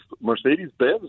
Mercedes-Benz